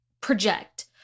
project